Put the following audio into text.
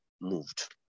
moved